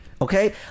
okay